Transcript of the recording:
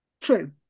True